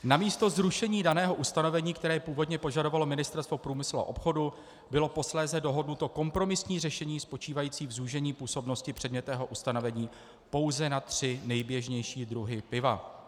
Namísto zrušení daného ustanovení, které i původně požadovalo Ministerstvo průmyslu a obchodu, bylo posléze dohodnuto kompromisní řešení spočívající v zúžení působnosti předmětného ustanovení pouze na tři nejběžnější druhy piva.